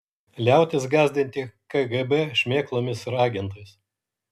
liautis gąsdinti kgb šmėklomis ir agentais